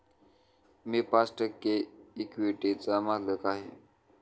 मी पाच टक्के इक्विटीचा मालक आहे